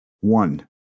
One